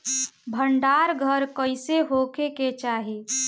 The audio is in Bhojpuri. भंडार घर कईसे होखे के चाही?